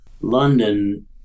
London